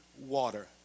water